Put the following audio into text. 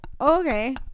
Okay